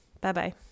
Bye-bye